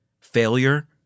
failure